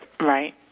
Right